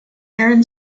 aaron